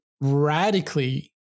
radically